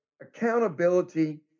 accountability